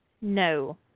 No